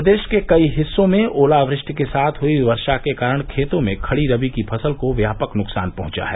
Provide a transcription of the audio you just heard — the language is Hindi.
प्रदेश के कई हिस्सों में ओलावृष्टि के साथ हुई वर्षा के कारण खेतों में खड़ी रबी की फसल को व्यापक नुकसान पहुंचा है